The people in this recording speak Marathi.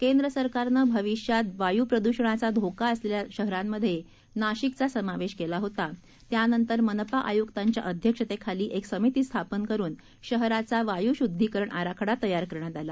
केंद्र सरकारनं भविष्यात वायू प्रदूषणाचा धोका असलेल्या शहरांमध्ये नाशिकचा समावेश केला होता त्यानंतर मनपा आयुकांच्या अध्यक्षतेखाली एक समिती स्थापन करून शहराचा वायू शुद्धीकरण आराखडा तयार करण्यात आला